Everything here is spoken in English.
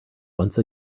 once